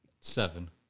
Seven